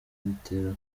bitera